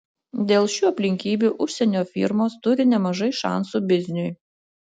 dėl šių aplinkybių užsienio firmos turi nemažai šansų bizniui